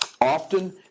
Often